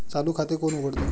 चालू खाते कोण उघडतं?